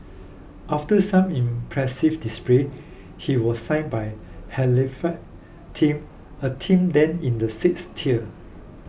after some impressive display he was signed by Halifax team a team then in the sixth tier